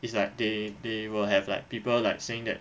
it's like they they will have like people like saying that